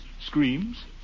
screams